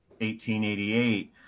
1888